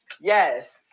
yes